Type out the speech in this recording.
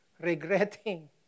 regretting